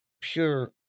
pure